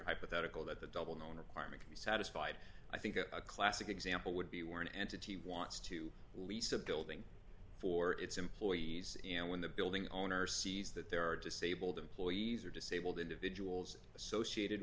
hypothetical that the double known requirement be satisfied i think a classic example would be where an entity wants to lease a building for its employees and when the building owner sees that there are disabled employees or disabled individuals associated